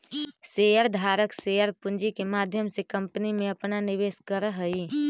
share धारक share पूंजी के माध्यम से कंपनी में अपना निवेश करऽ हई